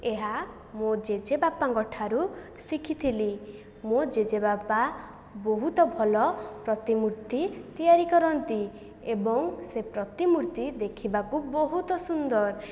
ଏହା ମୋ ଜେଜେବାପାଙ୍କଠାରୁ ଶିଖିଥିଲି ମୋ ଜେଜେବାପା ବହୁତ ଭଲ ପ୍ରତିମୂର୍ତ୍ତି ତିଆରି କରନ୍ତି ଏବଂ ସେ ପ୍ରତିମୂର୍ତ୍ତି ଦେଖିବାକୁ ବହୁତ ସୁନ୍ଦର